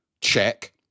check